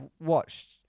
watched